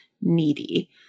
needy